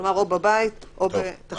כלומר או בבית או בתחליף בית.